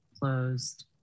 closed